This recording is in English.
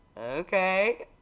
okay